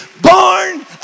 born